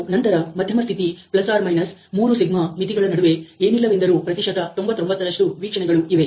ಮತ್ತು ನಂತರ ಮಧ್ಯಮ ಸ್ಥಿತಿ ±3σ ಮಿತಿಗಳ ನಡುವೆ ಏನಿಲ್ಲವೆಂದರೂ ಪ್ರತಿಶತ 99ರಷ್ಟು ವೀಕ್ಷಣೆಗಳು ಇವೆ